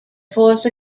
force